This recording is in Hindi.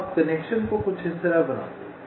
तो आप कनेक्शन को कुछ इस तरह बनाते हैं